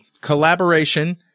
collaboration